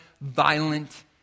violent